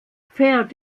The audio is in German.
pferd